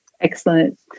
Excellent